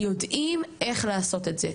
אז יודעים איך לעשות את זה.